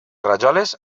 rajoles